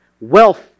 Wealth